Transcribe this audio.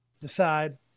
Decide